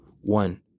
one